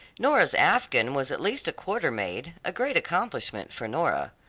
nora's afghan was at least a quarter made, a great accomplishment for nora.